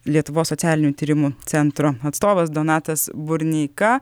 lietuvos socialinių tyrimų centro atstovas donatas burneika